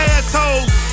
assholes